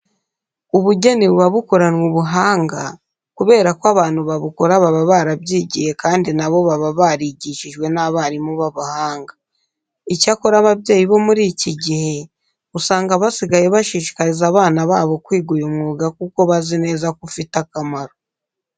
Ubugeni buba bukoranwe ubuhanga kubera ko abantu babukora baba barabyigiye kandi na bo baba barigishijwe n'abarimu b'abahanga. Icyakora ababyeyi bo muri iki gihe, usanga basigaye bashishikariza abana babo kwiga uyu mwuga kuko bazi neza ko ufite akamaro.